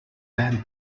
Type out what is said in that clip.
then